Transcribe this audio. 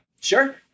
Sure